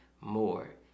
more